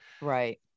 Right